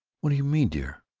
what do you mean, dear,